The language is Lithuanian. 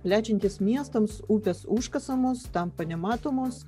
plečiantis miestams upės užkasamos tampa nematomos